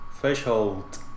threshold